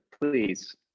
Please